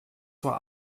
zur